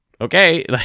okay